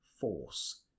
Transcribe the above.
Force